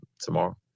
tomorrow